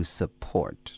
support